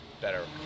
better